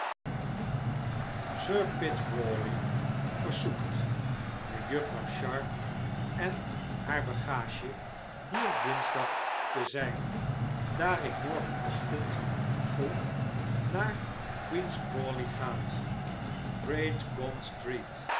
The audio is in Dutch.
crawley versoekt mejuffrouw sharp en haar begasje hier dinsdag te zijn daar ik morgenogtend froeg naar queen's crawley gaat great